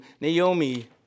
Naomi